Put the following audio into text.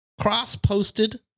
cross-posted